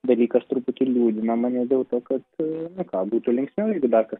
dalykas truputį liūdina mane dėl to kad gal būtų linksmiau jeigu dar kas